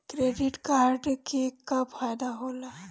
Credit card के का फायदा होला?